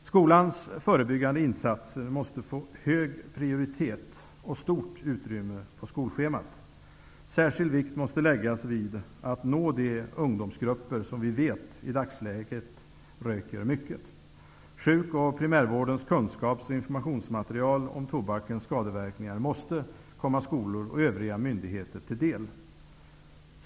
Skolans förebyggande insatser måste få hög prioritet och stort utrymme på skolschemat. Särskild vikt måste läggas vid att nå de ungdomsgrupper som vi vet i dagsläget röker mycket. Sjuk och primärvårdens kunskaps och informationsmaterial om tobakens skadeverkningar måste komma skolor och övriga myndigheter till del.